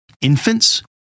Infants